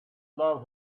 love